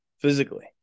physically